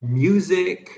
music